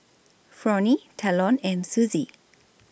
Fronnie Talon and Suzie